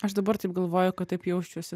aš dabar taip galvoju kad taip jausčiausi